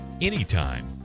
anytime